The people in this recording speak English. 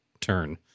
turn